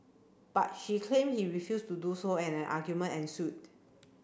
but she claimed he refused to do so and an argument ensued